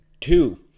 Two